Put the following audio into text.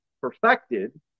perfected